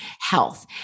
health